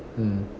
mm